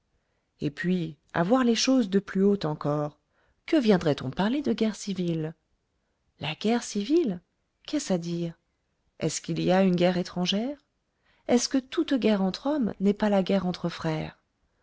et puis à voir les choses de plus haut encore que viendrait on parler de guerre civile la guerre civile qu'est-ce à dire est-ce qu'il y a une guerre étrangère est-ce que toute guerre entre hommes n'est pas la guerre entre frères